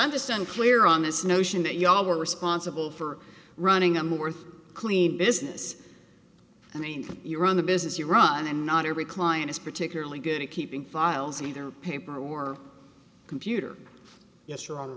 i'm just unclear on this notion that you all were responsible for running i'm worth a clean business i mean you run the business you run and not every client is particularly good at keeping files either paper were computer yes